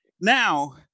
now